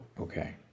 Okay